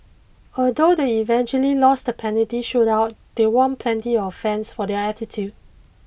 although they eventually lost the penalty shoot out they won plenty of fans for their attitude